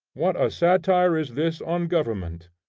what a satire is this on government!